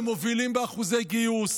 הם מובילים באחוזי גיוס,